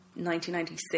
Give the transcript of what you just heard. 1996